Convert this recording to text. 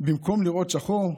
במקום לראות שחור,